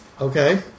Okay